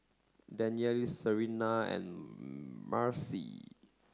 Danyelle Serena and Marcie